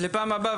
לפעם הבאה,